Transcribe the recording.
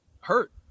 hurt